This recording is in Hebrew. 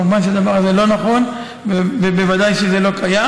כמובן שהדבר הזה לא נכון ובוודאי שזה לא קיים.